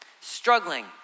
struggling